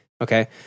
Okay